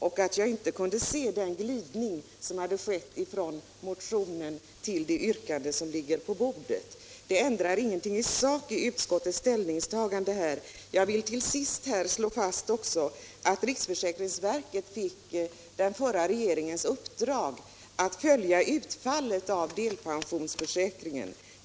Jag kunde därför inte se den glidning som skett från motionstexten till texten i det yrkande som ligger på bordet. Det ändrar emellertid ingenting i sak när det gäller utskottets ställningstagande. Till sist vill jag också slå fast att riksförsäkringsverket fick den förra regeringens uppdrag att följa utfallet av delpensionsförsäkringen.